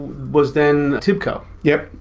was then tibco yup.